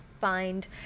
find